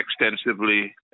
extensively